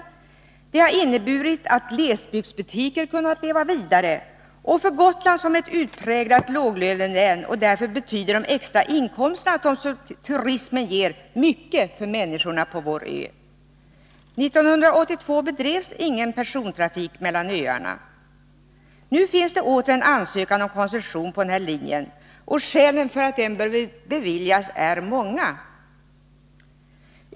Det har — Klintehamn på inneburit att glesbygdsbutiker kunnat leva vidare. Gotland är ett utpräglat — Gotland och låglönelän, och därför betyder de extra inkomster som turismen ger mycket — Grankullavik på för människorna på vår ö. Öland År 1982 bedrevs ingen persontrafik mellan öarna. Nu finns det åter en ansökan om koncession på denna linje. Skälen för att den bör beviljas är | många.